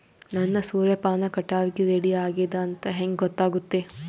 ನನ್ನ ಸೂರ್ಯಪಾನ ಕಟಾವಿಗೆ ರೆಡಿ ಆಗೇದ ಅಂತ ಹೆಂಗ ಗೊತ್ತಾಗುತ್ತೆ?